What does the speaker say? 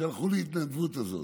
הלכו להתנדבות הזאת.